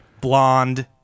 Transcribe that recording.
Blonde